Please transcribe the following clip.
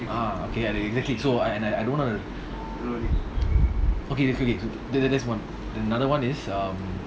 ah okay ah ya exactly so and I I don't wanna okay okay okay th~ th~ that's one then another one is um